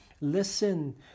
Listen